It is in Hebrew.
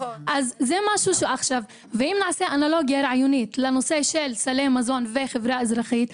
אם נעשה אנלוגיה רעיונית לנושא של סלי מזון וחברה אזרחית,